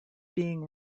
being